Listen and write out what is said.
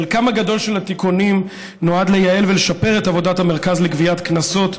חלקם הגדול של התיקונים נועדו לייעל ולשפר את עבודת המרכז לגביית קנסות,